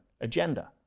agenda